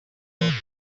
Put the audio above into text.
thought